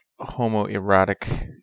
homoerotic